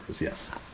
Yes